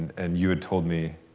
and you had told me,